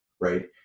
right